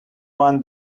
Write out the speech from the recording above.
one